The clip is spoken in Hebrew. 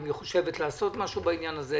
אם היא חושבת לעשות משהו בעניין הזה,